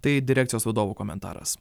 tai direkcijos vadovo komentaras